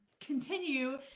continue